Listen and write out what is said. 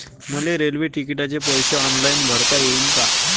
मले रेल्वे तिकिटाचे पैसे ऑनलाईन भरता येईन का?